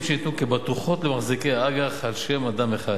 שניתנו כבטוחות למחזיקי האג"ח על-שם אדם אחד